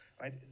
right